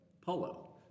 polo